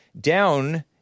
down